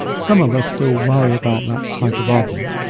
some of us still worry about that type of argument.